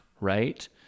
right